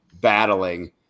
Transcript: battling